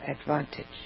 advantage